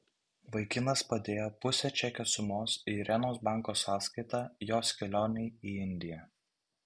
vaikinas padėjo pusę čekio sumos į irenos banko sąskaitą jos kelionei į indiją